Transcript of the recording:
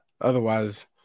Otherwise